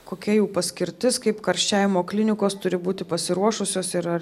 kokia jų paskirtis kaip karščiavimo klinikos turi būti pasiruošusios ir ar